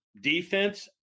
defense